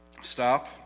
Stop